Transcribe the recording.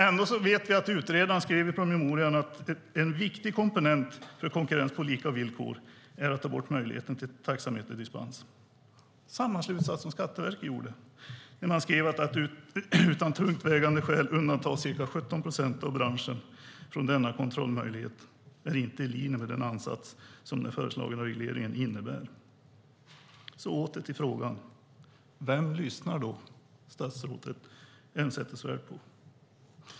Ändå vet vi att utredaren i sin promemoria skrev att en viktig komponent för konkurrens på lika villkor är att ta bort möjligheten till taxameterdispens. Samma slutsats har Skatteverket, som skriver: "Att utan tungt vägande skäl undanta cirka 17 procent av branschen . från denna kontrollmöjlighet är inte i linje med den ansats som den föreslagna regleringen innebär." Åter till frågan: Vem lyssnar statsrådet Elmsäter-Svärd på?